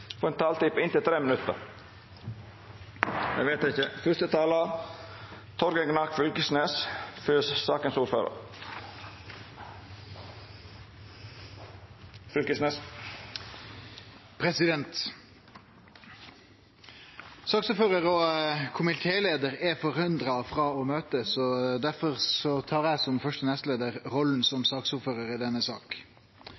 får ei taletid på inntil 3 minutt. : Saksordførar og komitéleiar er forhindra frå å møte, og derfor tar eg som første nestleiar rolla som